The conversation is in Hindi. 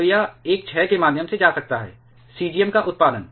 तो यह एक क्षय के माध्यम से जा सकता है सीज़ियम का उत्पादन